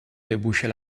déboucher